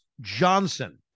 Johnson